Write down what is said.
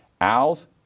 Owls